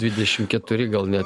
dvidešimt keturi gal net